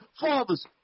Fathers